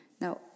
Now